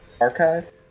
archive